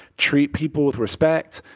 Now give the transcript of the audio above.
treat people with respect,